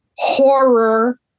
horror